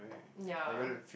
ya